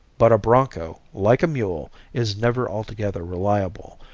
but a bronco, like a mule, is never altogether reliable,